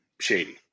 shady